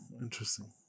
interesting